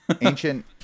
Ancient